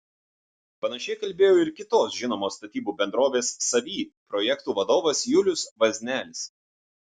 panašiai kalbėjo ir kitos žinomos statybų bendrovės savy projektų vadovas julius vaznelis